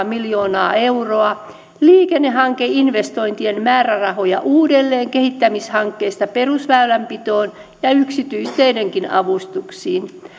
miljoonaa euroa liikennehankeinvestointien määrärahoja uudelleen kehittämishankkeista perusväylänpitoon ja ja yksityisteidenkin avustuksiin